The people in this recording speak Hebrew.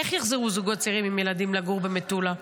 איך יחזרו זוגות צעירים עם ילדים לגור במטולה?